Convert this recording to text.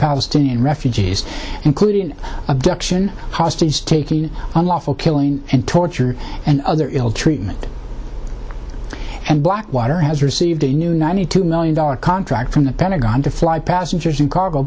palestinian refugees including an abduction hostage taking unlawful killing and torture and other ill treatment and blackwater has received a new ninety two million dollar contract from the pentagon to fly passengers and cargo